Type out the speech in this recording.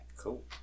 cool